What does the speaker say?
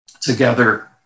together